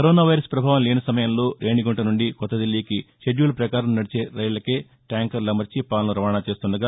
corona virus ప్రభావం లేని సమయంలో రేణిగుంట నుంచి కొత్తదిల్లీకి షెడ్యూల్ ప్రకారం నడిచే రైళ్లకే ట్యాంకర్లు అమర్చి పాలను రవాణా చేస్తుండగా